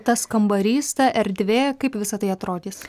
tas kambarys ta erdvė kaip visa tai atrodys